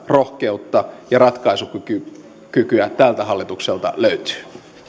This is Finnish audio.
rohkeutta ja ratkaisukykyä tältä hallitukselta löytyy